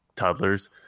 toddlers